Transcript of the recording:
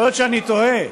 ויכול להיות שאני טועה,